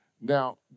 Now